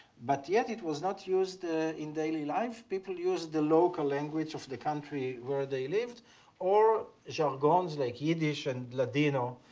but yet it was not used in daily life. people used the local language of the country where they lived or jargons like yiddish and ladino